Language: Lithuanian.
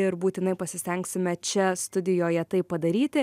ir būtinai pasistengsime čia studijoje tai padaryti